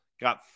got